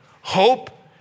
hope